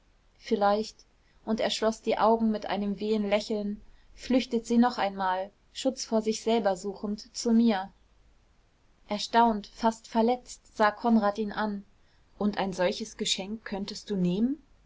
vielleicht und er schloß die augen mit einem wehen lächeln flüchtet sie noch einmal schutz vor sich selber suchend zu mir erstaunt fast verletzt sah konrad ihn an und ein solches geschenk könntest du nehmen